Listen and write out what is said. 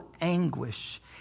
anguish